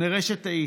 נראה שטעיתי.